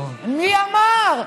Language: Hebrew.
מי אמר?